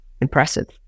impressive